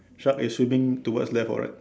shark is swimming towards left or right